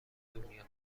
دنیا